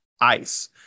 ice